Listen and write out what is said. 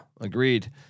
agreed